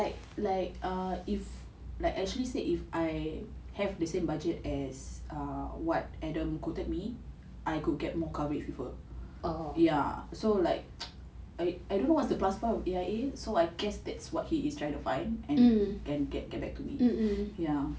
like like uh if like ashley said if I have the same budget as what adam quoted me I could get more coverage with her ya so like I don't know what's the plus point of A_I_A so I guess that what he is trying to find and can can get back to me